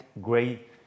great